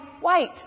white